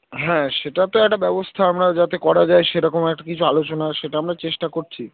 হ্যাঁ সেটা তো একটা ব্যবস্থা আমরা যাতে করা যায় সেরকম একটা কিছু আলোচনা সেটা আমরা চেষ্টা করছি